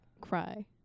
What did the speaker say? cry